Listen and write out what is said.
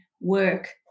work